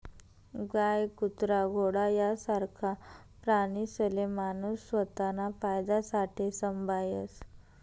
गाय, कुत्रा, घोडा यासारखा प्राणीसले माणूस स्वताना फायदासाठे संभायस